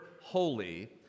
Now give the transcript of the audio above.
holy